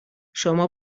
شما